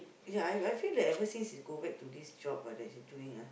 yeah I I feel that ever since he go back to this job ah that he's doing ah